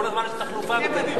כל הזמן יש תחלופה בקדימה.